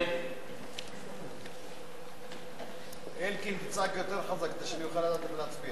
ההסתייגות (3) של קבוצת סיעת חד"ש וקבוצת סיעת מרצ לסעיף